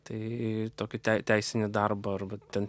tai tokį tei teisinį darbą arba ten